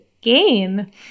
gain